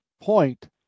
point